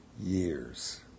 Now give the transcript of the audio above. years